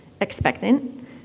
expectant